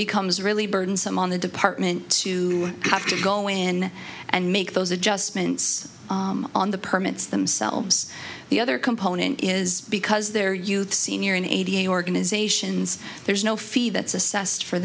becomes really burdensome on the department to have to go in and make those adjustments on the permits themselves the other component is because they're youth senior in a t a i organizations there's no fee that's assessed for